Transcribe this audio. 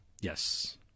Yes